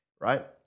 right